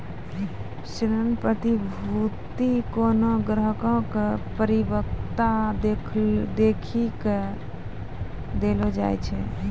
ऋण प्रतिभूती कोनो ग्राहको के परिपक्वता देखी के देलो जाय छै